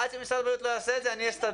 עד שמשרד הבריאות לא יעשה את זה אני אסתדר.